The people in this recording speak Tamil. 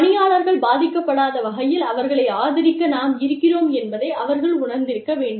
பணியாளர்கள் பாதிக்கப்படாத வகையில் அவர்களை ஆதரிக்க நாம் இருக்கிறோம் என்பதை அவர்கள் உணர்ந்திருக்க வேண்டும்